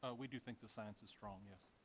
ah we do think the science is strong. yes.